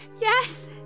Yes